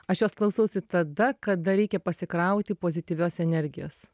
aš jos klausausi tada kada reikia pasikrauti pozityvios energijos